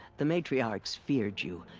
the matriarchs feared you.